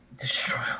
destroy